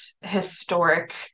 historic